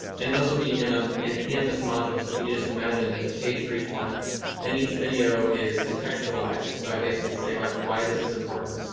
and those will be in a in a canvas module. so if you get this, imagine there's a page for each one in each video is contextualized. so i basically say like why this is important.